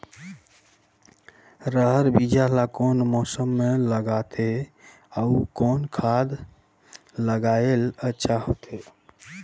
रहर बीजा ला कौन मौसम मे लगाथे अउ कौन खाद लगायेले अच्छा होथे?